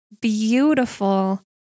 beautiful